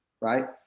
right